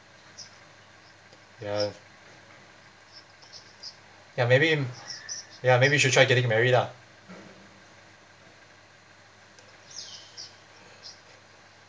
ya ya maybe ya maybe you should try getting married ah